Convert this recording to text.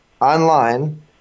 online